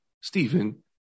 Stephen